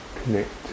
connect